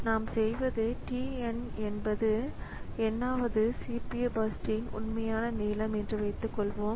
நாம் செய்வது t n என்பது n வது CPUபர்ஸ்ட் ன் உண்மையான நீளம் என்று வைத்துக்கொள்வோம்